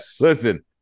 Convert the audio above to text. listen